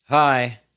Hi